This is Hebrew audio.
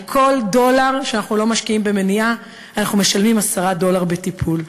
על כל דולר שאנחנו לא משקיעים במניעה אנחנו משלמים 10 דולר בטיפול.